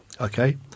Okay